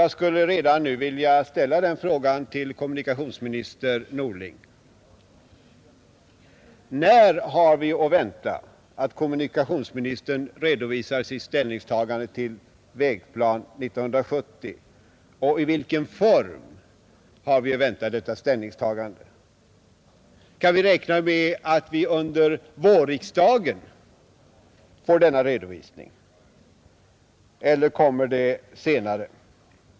Jag skulle redan nu vilja ställa den frågan till kommunikationsminister Norling: När har vi att vänta att kommunikationsministern redovisar sitt ställningstagande till Vägplan 1970, och i vilken form har vi att vänta detta ställningstagande? Kan vi räkna med att vi under vårriksdagen får denna redovisning, eller kommer den senare?